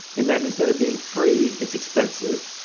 it meant instead of being free, it's expensive.